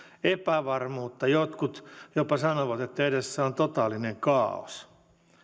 epävarmuutta jotkut jopa sanovat että edessä on totaalinen kaaos